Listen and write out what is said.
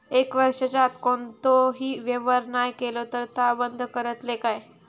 एक वर्षाच्या आत कोणतोही व्यवहार नाय केलो तर ता बंद करतले काय?